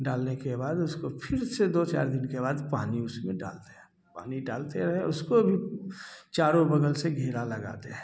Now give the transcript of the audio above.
डालने के बाद उसको फिर से दो चार दिन के बाद पानी उसमें डाल दें पानी डालते रहें उसको भी चारों बगल से घेरा लगा दें